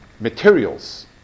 materials